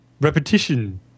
repetition